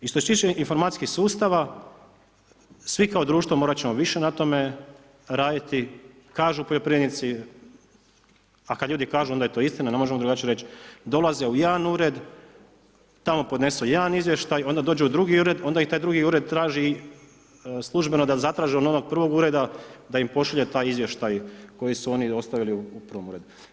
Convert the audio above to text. I što se tiče informacijskih sustava svi kao društvo morati ćemo više na tome raditi kažu poljoprivrednici a kad ljudi kažu onda je to istina, ne možemo drugačije reć, dolaze u jedan ured, tamo podnesu jedan izvještaj, onda dođu u drugi ured, onda ih taj drugi ured traži službeno da zatraže od onog prvog ureda da im pošalje taj izvještaj koji su oni ostavili u prvom uredu.